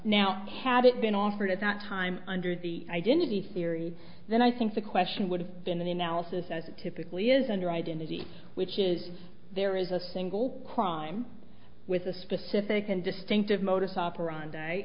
now had it been offered at that time under the identity theory then i think the question would have been an analysis as typically isn't your identity which is there is a single crime with a specific and distinctive modus operandi